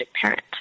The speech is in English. parent